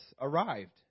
arrived